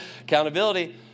Accountability